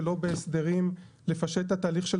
שלא בהסדרים על מנת לפשט את התהליך של